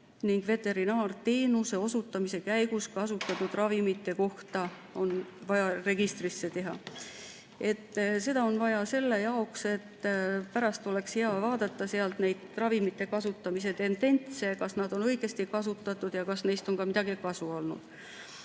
ning veterinaarteenuse osutamise käigus kasutatud ravimite kohta on vaja andmed registrisse kanda. Seda on vaja selle jaoks, et pärast oleks hea vaadata sealt neid ravimite kasutamise tendentse ja seda, kas neid on õigesti kasutatud, ning kas neist on ka midagi kasu olnud.